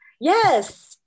yes